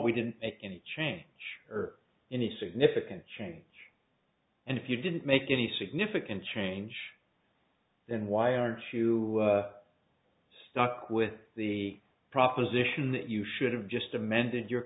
we didn't make any change or any significant change and if you didn't make any significant change then why aren't you stuck with the proposition that you should have just amended your